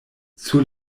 sur